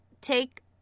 take